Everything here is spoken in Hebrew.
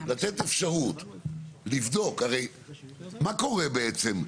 לתת אפשרות לבדוק, הרי מה קורה בעצם?